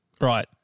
Right